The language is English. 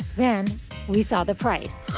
then we saw the price.